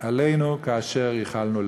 עלינו כאשר ייחלנו לך".